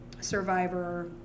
survivor